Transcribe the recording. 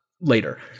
later